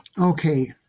Okay